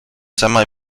semi